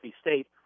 State